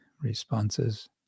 responses